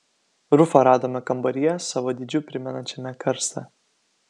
rufą radome kambaryje savo dydžiu primenančiame karstą